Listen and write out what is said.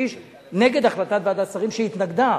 מגיש נגד החלטת ועדת שרים שהתנגדה.